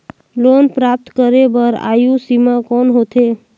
Loan प्राप्त करे बर आयु सीमा कौन होथे?